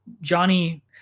Johnny